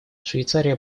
швейцария